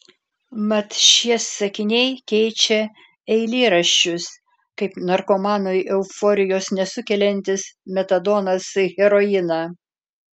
mat šie sakiniai keičia eilėraščius kaip narkomanui euforijos nesukeliantis metadonas heroiną